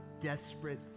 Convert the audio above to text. desperate